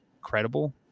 credible